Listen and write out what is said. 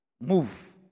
Move